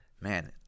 Man